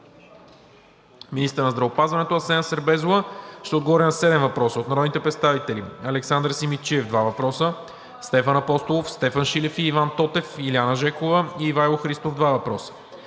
Министърът на здравеопазването Асена Сербезова ще отговори на седем въпроса от народните представители Александър Симидчиев (два въпроса); Стефан Апостолов; Стефан Шилев и Иван Тотев; Илиана Жекова; и Ивайло Христов (два въпроса).